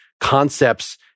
Concepts